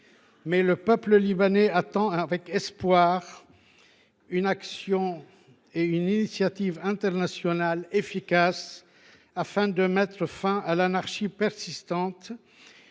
Mais le peuple libanais attend avec espoir une action, une initiative internationale efficace qui mette fin à l’anarchie persistante